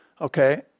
Okay